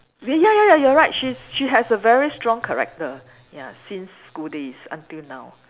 ya ya ya you're right she's she has a very strong character ya since school days until now